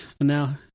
Now